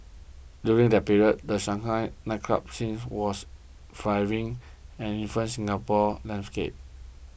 during that period the Shanghai nightclub scene was thriving and it influenced Singapore's landscape